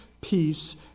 peace